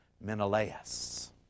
Menelaus